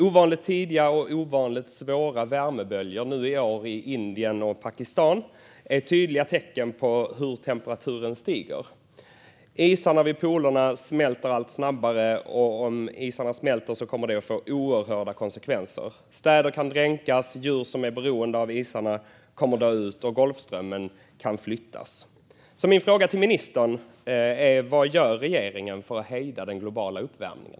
Ovanligt tidiga och ovanligt svåra värmeböljor - i år i Indien och Pakistan - är tydliga tecken på hur temperaturen stiger. Isarna vid polerna smälter allt snabbare, och om isarna smälter kommer det att få oerhörda konsekvenser. Städer kan dränkas. Djur som är beroende av isarna kommer att dö ut. Golfströmmen kan flyttas. Min fråga till ministern är: Vad gör regeringen för att hejda den globala uppvärmningen?